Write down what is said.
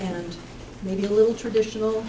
and maybe a little traditional